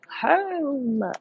home